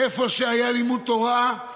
איפה שהיה לימוד תורה,